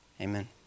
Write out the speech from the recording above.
Amen